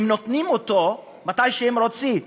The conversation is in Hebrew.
הם נותנים אותו מתי שהם רוצים.